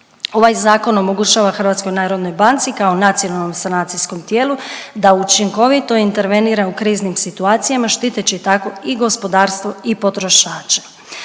Ovaj zakon omogućava Hrvatskoj narodnoj banci kao nacionalnom sanacijskom tijelu da učinkovito intervenira u kriznim situacijama štiteći tako i gospodarstvo i potrošače.